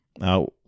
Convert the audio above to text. Now